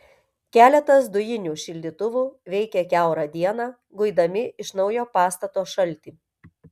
keletas dujinių šildytuvų veikė kiaurą dieną guidami iš naujo pastato šaltį